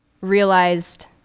realized